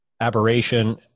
aberration